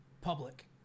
public